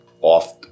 off